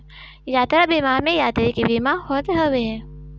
यात्रा बीमा में यात्री के बीमा होत हवे